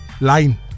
Line